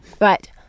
Right